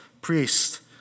priest